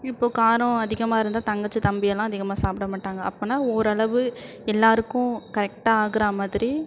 இப்போது காரம் அதிகமாக இருந்தால் தங்கச்சி தம்பியெல்லாம் அதிகமாக சாப்பிட மாட்டாங்க அப்போன்னா ஓரளவு எல்லாேருக்கும் கரெக்டாக ஆகிறா மாதிரி